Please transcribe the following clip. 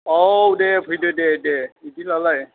औ दे फैदो दे दे बिदिब्लालाय